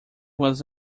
was